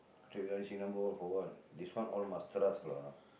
take IC number all for what this one all must trust lah